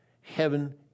Heaven